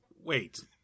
Wait